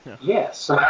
yes